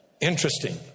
Interesting